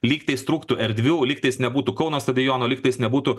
lygtais trūktų erdvių lygtais nebūtų kauno stadiono lygtais nebūtų